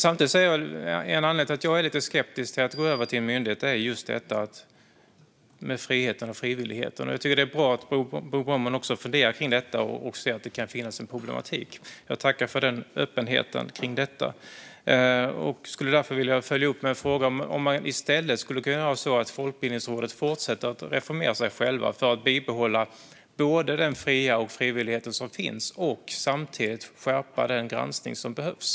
Samtidigt är en anledning till att jag är lite skeptisk till att det går över till en myndighet just detta med friheten och frivilligheten. Jag tycker att det är bra att Bo Broman också funderar kring detta och ser att det kan finnas en problematik. Jag tackar för den öppenheten. Därför skulle jag vilja följa upp med en fråga - om man i stället skulle kunna ha det så att Folkbildningsrådet fortsätter att reformera sig självt för att bibehålla den frihet och frivillighet som finns och samtidigt skärpa den granskning som behövs.